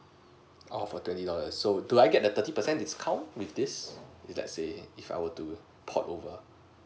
oo for twenty dollars so do I get the thirty percent discount with this if let's say if I want to port over